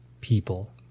people